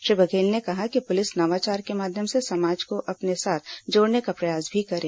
श्री बघेल ने कहा कि पुलिस नवाचार के माध्यम से समाज को अपने साथ जोड़ने का प्रयास भी करे